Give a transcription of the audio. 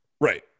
Right